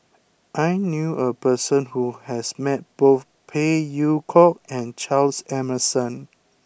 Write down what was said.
I knew a person who has met both Phey Yew Kok and Charles Emmerson